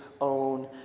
own